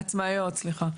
הוועדות העצמאיות, סליחה.